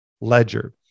ledger